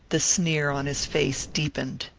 the sneer on his face deepened.